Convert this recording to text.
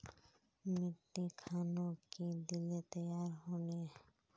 मिट्टी खानोक की दिले तैयार होने?